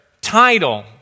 title